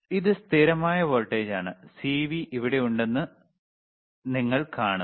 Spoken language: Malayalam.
ഇത് സ്ഥിരമായ വോൾട്ടേജാണ് CV ഇവിടെ ഉണ്ടെന്ന് നിങ്ങൾ കാണുന്നു